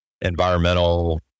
environmental